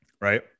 right